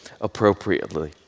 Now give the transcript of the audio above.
appropriately